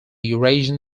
eurasian